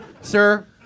Sir